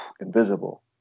invisible